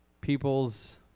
people's